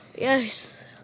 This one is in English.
Yes